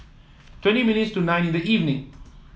twenty minutes to nine in the evening